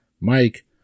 Mike